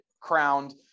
crowned